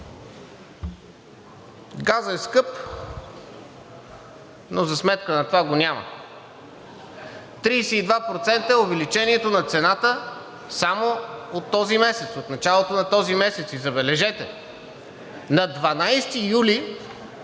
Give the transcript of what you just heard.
Газът е скъп, но за сметка на това го няма. Тридесет и два процента е увеличението на цената само от този месец, от началото на този месец. И забележете, на 12 юли